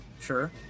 Sure